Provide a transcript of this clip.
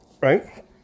Right